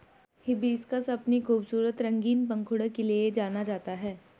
hibiscus अपनी खूबसूरत रंगीन पंखुड़ियों के लिए जाना जाता है